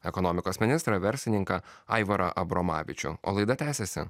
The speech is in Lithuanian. ekonomikos ministrą verslininką aivarą abromavičių o laida tęsiasi